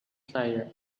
player